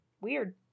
weird